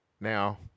Now